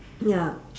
ya